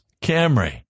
Camry